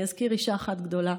אני אזכיר אישה אחת גדולה